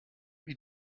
wie